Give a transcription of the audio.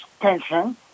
tension